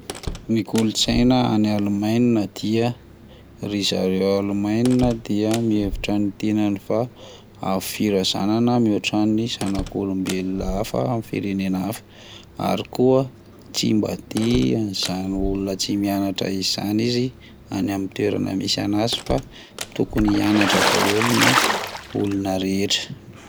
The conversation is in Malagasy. Ny kolotsaina any Allemagne dia ry zareo Allemagne dia mihevitra ny tenany fa avo firazanana mihoatra ny zanak'olombelona hafa amin'ny firenena hafa, ary koa tsy mba tia an'izany olona tsy mianatra izany izy any amin'ny toerana misy anazy fa tokony hianatra daholo ny olona rehetra.